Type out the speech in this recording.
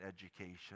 education